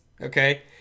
okay